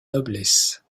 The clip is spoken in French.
noblesse